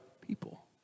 people